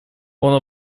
оно